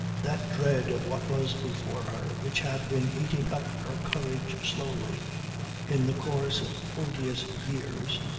that dread of what was before her which had been eating up her courage slowly in the course of odious years,